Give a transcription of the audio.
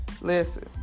listen